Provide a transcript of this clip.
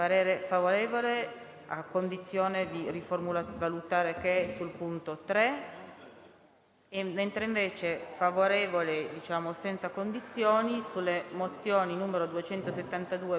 Chiedo ai presentatori delle mozioni di dirci se accettano le condizioni poste dal Governo.